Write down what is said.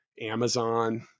Amazon